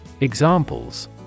Examples